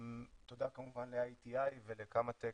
תודה כמובן ל-IATI ולקמא-טק